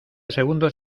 segundos